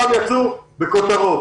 כל פעם יצאו בכותרות,